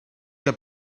que